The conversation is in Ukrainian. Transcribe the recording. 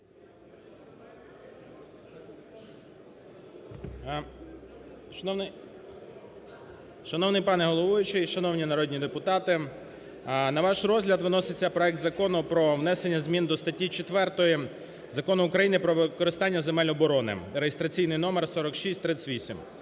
Шановний пане головуючий, шановні народні депутати! На ваш розгляд виноситься проект Закону про внесення зміни до статті 4 Закону України "Про використання земель оборони" (реєстраційний номер 4638).